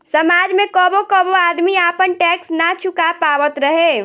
समाज में कबो कबो आदमी आपन टैक्स ना चूका पावत रहे